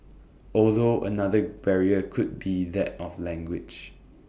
although another barrier could be that of language